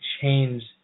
change